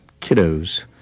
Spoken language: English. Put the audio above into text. kiddos